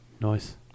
Nice